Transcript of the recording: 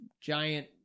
giant